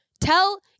Tell